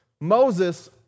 Moses